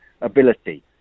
ability